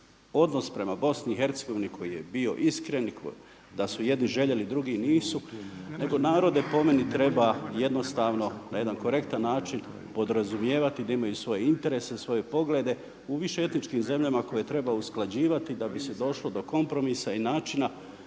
odnos prema BiH koji je bio iskren i da su jedni željeli, drugi nisu nego narode po meni treba jednostavno na jedan korektan način podrazumijevati da imaju svoje interese, svoje poglede u više etičkim zemljama koje treba usklađivati da bi se došlo do kompromisa i načina